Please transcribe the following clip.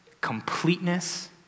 completeness